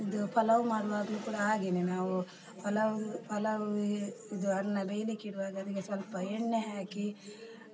ಇದು ಪಲಾವ್ ಮಾಡುವಾಗ್ಲೂ ಕೂಡ ಹಾಗೆಯೇ ನಾವು ಪಲಾವ್ ಪಲಾವಿಗೆ ಇದು ಅನ್ನ ಬೇಯಲಿಕ್ಕಿಡುವಾಗ ಅದಕ್ಕೆ ಸ್ವಲ್ಪ ಎಣ್ಣೆ ಹಾಕಿ